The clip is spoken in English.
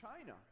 China